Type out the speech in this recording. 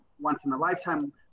once-in-a-lifetime